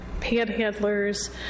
panhandlers